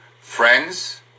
friends